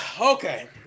Okay